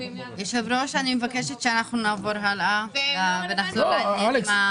היושב-ראש, אני מבקשת שנעבור האלה ונחזור לעניין.